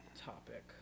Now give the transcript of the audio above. topic